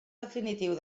definitiu